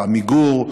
בעמיגור,